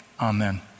amen